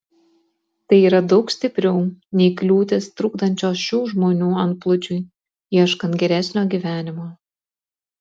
tai yra daug stipriau nei kliūtys trukdančios šių žmonių antplūdžiui ieškant geresnio gyvenimo